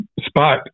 spot